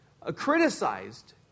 criticized